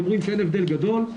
אתם רואים שאין הבדל גדול.